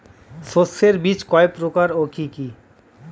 শস্যের বীজ কয় প্রকার ও কি কি?